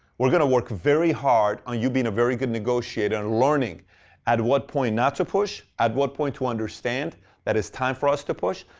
we're going to work very hard on you being a very good negotiator and learning at what point not to push, at what point to understand that it's time for us to push.